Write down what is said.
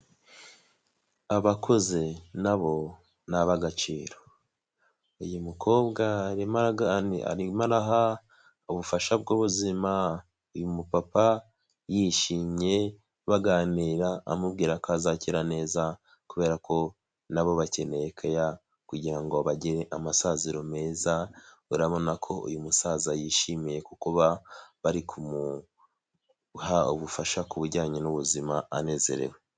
Abakozi nabo ni ab'agaciro, uyu mukobwa arimo araha ubufasha bw'ubuzima uyu mupapa, yishimye baganira amubwira ko azakira neza, kubera ko nabo bakeneye keya kugira ngo bagire amasaziro meza, urabona ko uyu musaza yishimiye kukuba bari kumuha ubufasha kujyanye n'ubuzima anezerewe.